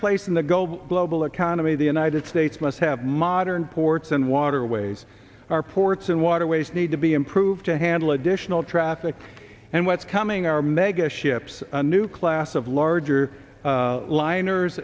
place in the gold global economy the united states must have modern ports and waterways our ports and waterways need to be improved to handle a missional traffic and what's coming are mega ships a new class of larger liners